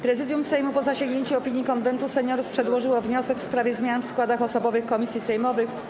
Prezydium Sejmu, po zasięgnięciu opinii Konwentu Seniorów, przedłożyło wniosek w sprawie zmian w składach osobowych komisji sejmowych.